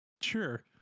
Sure